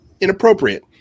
inappropriate